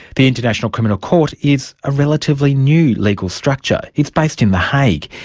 the international criminal court is a relatively new legal structure. it's based in the hague.